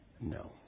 No